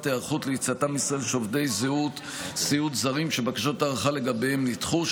היערכות ליציאתם מישראל של עובדי סיעוד זרים שבקשות ההארכה לגביהם נדחו,